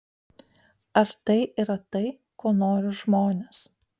ar tai yra tai ko nori žmonės